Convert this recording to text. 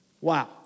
Wow